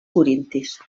corintis